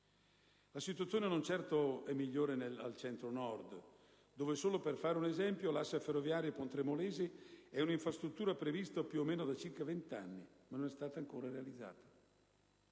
La situazione non è certo migliore al Centro-Nord, dove, solo per fare un esempio, l'asse ferroviario Pontremolese è un'infrastruttura prevista più o meno da vent'anni, ma non è stata ancora realizzata.